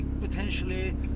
potentially